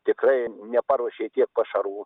tikrai neparuošė tiek pašarų